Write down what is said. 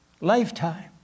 Lifetime